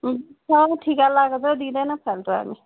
कहाँ हो ठिका लगाएको छ दिँदैन फाल्टो हामी